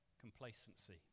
complacency